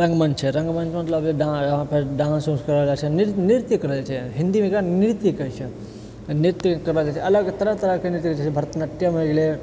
रङ्गमञ्च है रङ्गमञ्चके मतलब भेलै डान्स यहाँपर डान्स ऊन्स करल जाइत छै नृत्य करल जाइत छै हिन्दीमे एकरा नृत्य कहैत छै नृत्य करबाएल जाइत छै अलग तरह तरहकेँ नृत्य होइत छै जैसे भरतनाट्यम होइ गेलै